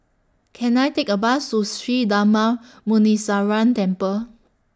Can I Take A Bus to Sri Darma Muneeswaran Temple